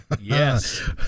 Yes